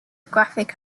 graphic